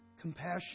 compassion